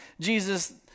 Jesus